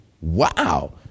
Wow